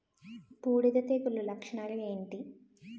బూడిద తెగుల లక్షణాలు ఏంటి?